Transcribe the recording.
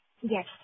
Yes